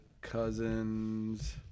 cousins